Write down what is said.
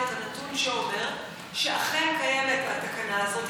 את הנתון שאומר שאכן קיימת התקנה הזאת,